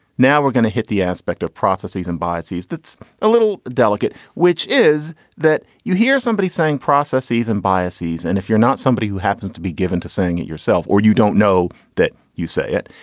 now we're going to hit the aspect of processes and biases that's a little delicate, which is that you hear somebody saying processes and biases. and if you're not somebody who happens to be given to saying it yourself or you don't know that you say it,